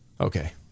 Okay